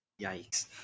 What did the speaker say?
Yikes